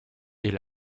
est